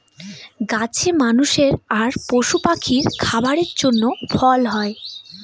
গাছে মানুষের আর পশু পাখির খাবারের জন্য ফল হয়